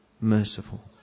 merciful